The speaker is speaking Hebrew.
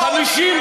בושה.